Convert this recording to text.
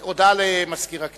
הודעה למזכיר הכנסת.